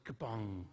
kabong